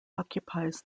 occupies